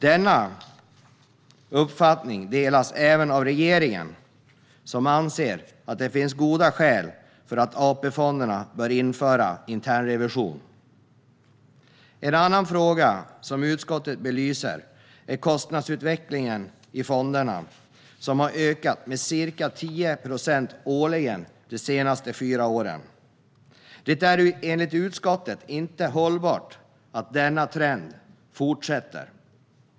Denna uppfattning delas av regeringen, som anser att det finns goda skäl för att AP-fonderna bör införa internrevision. En annan fråga som utskottet belyser är kostnadsutvecklingen i fonderna. Kostnaderna har ökat med ca 10 procent årligen de senaste fyra åren. Det är enligt utskottet inte hållbart att denna trend fortsätter.